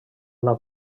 una